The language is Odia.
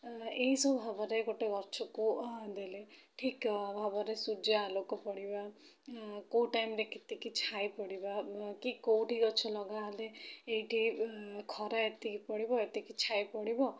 ଏହି ସବୁ ଭାବରେ ଗୋଟେ ଗଛକୁ ଦେଲେ ଠିକ୍ ଭାବରେ ସୂର୍ଯ୍ୟ ଆଲୋକ ପଡ଼ିବା କେଉଁ ଟାଇମ୍ରେ କେତିକି ଛାଇ ପଡ଼ିବା କି କେଉଁଠି ଗଛ ଲଗା ହେଲେ ଏଇଠି ଖରା ଏତିକି ପଡ଼ିବ ଏତିକି ଛାଇ ପଡ଼ିବ